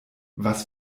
was